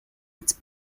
its